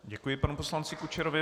Děkuji panu poslanci Kučerovi.